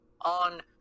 on